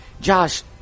Josh